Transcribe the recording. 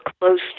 close